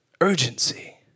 Urgency